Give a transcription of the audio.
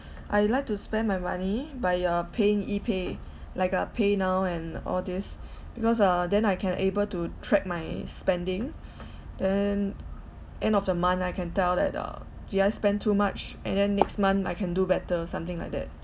I like to spend my money by uh paying E pay like uh paynow and all this because uh then I can able to track my spending then end of the month I can tell that uh did I spend too much and then next month I can do better something like that